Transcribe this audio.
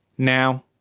now,